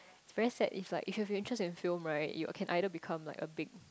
it's very sad if like if you're interest in film right you can either become like a big